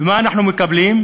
ומה אנחנו מקבלים?